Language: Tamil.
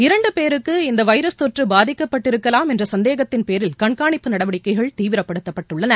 இரண்டுபேருக்கு இந்தவைரஸ் தொற்றுபாதிக்கப்பட்டிருக்கலாம் என்றசந்தேகத்தின் பேரில் கண்காணிப்பு நடவடிக்கைள் தீவிரப்படுத்தப்பட்டுள்ளன